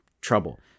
trouble